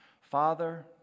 Father